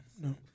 no